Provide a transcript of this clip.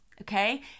Okay